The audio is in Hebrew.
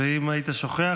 ואם היית שוכח,